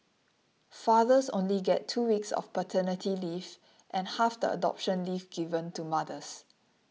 fathers only get two weeks of paternity leave and half the adoption leave given to mothers